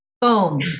Boom